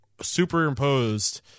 superimposed